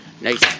Nice